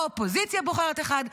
האופוזיציה בוחרת אחד,